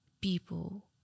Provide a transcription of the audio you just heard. people